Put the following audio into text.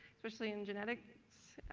especially in genetics.